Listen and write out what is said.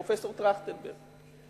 פרופסור טרכטנברג.